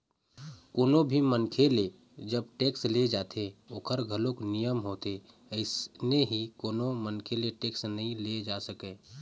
कोनो भी मनखे ले जब टेक्स ले जाथे ओखर घलोक नियम होथे अइसने ही कोनो मनखे ले टेक्स नइ ले जाय जा सकय